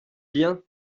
bien